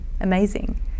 amazing